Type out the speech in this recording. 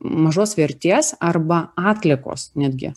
mažos vertės arba atliekos netgi